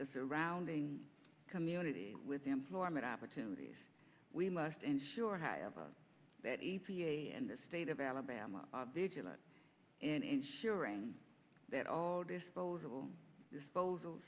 the surrounding community with employment opportunities we must ensure that a p a and the state of alabama are vigilant in ensuring that all disposable disposal